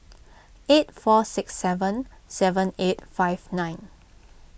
eight four six seven seven eight five nine